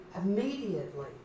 Immediately